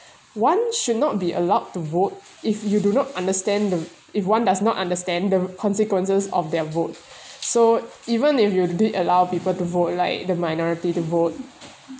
one should not be allowed to vote if you do not understand the if one does not understand the consequences of their votes so even if you didn't allow people to vote like the minority to vote